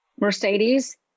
Mercedes